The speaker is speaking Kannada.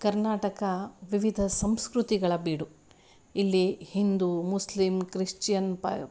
ಕರ್ನಾಟಕ ವಿವಿಧ ಸಂಸ್ಕೃತಿಗಳ ಬೀಡು ಇಲ್ಲಿ ಹಿಂದು ಮುಸ್ಲಿಂ ಕ್ರಿಶ್ಚಿಯನ್ ಪಯ್